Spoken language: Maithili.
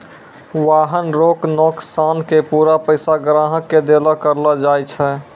वाहन रो नोकसान के पूरा पैसा ग्राहक के देलो करलो जाय छै